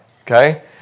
Okay